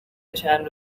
چند